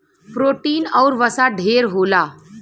protein आउर वसा ढेर होला